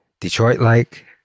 Detroit-like